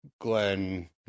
Glenn